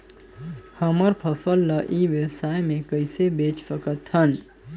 हमर फसल ल ई व्यवसाय मे कइसे बेच सकत हन?